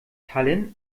tallinn